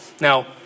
Now